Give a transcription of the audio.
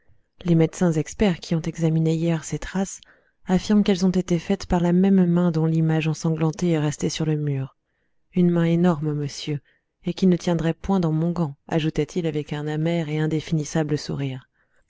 les médecins experts qui ont examiné hier ces traces affirment qu'elles ont été faites par la même main dont l'image ensanglantée est restée sur le mur une main énorme monsieur et qui ne tiendrait point dans mon gant ajouta-t-il avec un amer et indéfinissable sourire